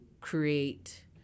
create